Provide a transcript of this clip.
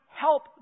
help